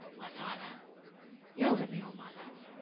my father yelled at me all my life.